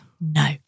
No